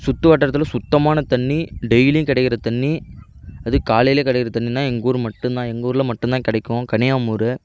சுற்று வட்டாரத்தில் சுத்தமான தண்ணீ டெயிலியும் கிடைக்குற தண்ணீ அதுவும் காலையிலே கிடைக்குற தண்ணீனா எங்கள் ஊரு மட்டுந்தான் எங்கள் ஊரில் மட்டுந்தான் கிடைக்கும் கன்னியாம் ஊரு